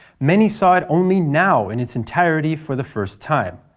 many saw it only now in its entirety for the first time.